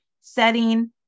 setting